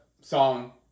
song